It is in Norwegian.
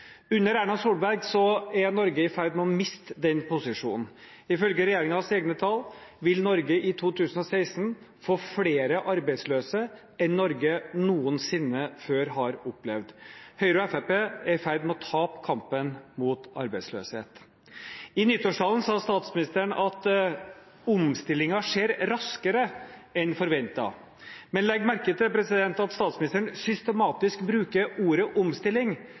Under Erna Solberg er Norge i ferd med å miste den posisjonen. Ifølge regjeringens egne tall vil Norge i 2016 få flere arbeidsløse enn Norge noensinne før har opplevd. Høyre og Fremskrittspartiet er i ferd med å tape kampen mot arbeidsløshet. I nyttårstalen sa statsministeren at «omstillingen skjer raskere» enn forventet. Men legg merke til at statsministeren systematisk bruker ordet